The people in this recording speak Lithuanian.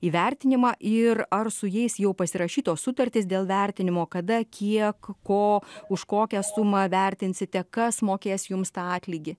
į vertinimą ir ar su jais jau pasirašytos sutartys dėl vertinimo kada kiek ko už kokią sumą vertinsite kas mokės jums tą atlygį